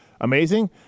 amazing